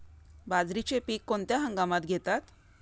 बाजरीचे पीक कोणत्या हंगामात घेतात?